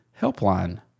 Helpline